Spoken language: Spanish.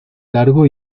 largo